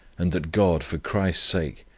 and that god, for christ's sake,